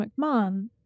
McMahon